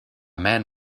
man